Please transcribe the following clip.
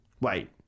Wait